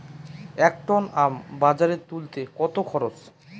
এক টন আম বাজারে তুলতে কত খরচ?